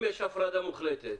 אם יש הפרדה מוחלטת,